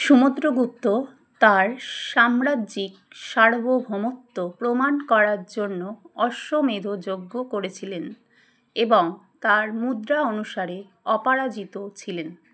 সমুদ্রগুপ্ত তার সাম্রাজ্যিক সার্বভৌমত্ত্ব প্রমাণ করার জন্য অশ্বমেধ যজ্ঞ করেছিলেন এবং তার মুদ্রা অনুসারে অপরাজিত ছিলেন